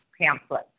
pamphlet